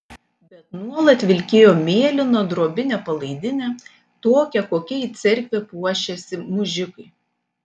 bet nuolat vilkėjo mėlyną drobinę palaidinę tokią kokia į cerkvę puošiasi mužikai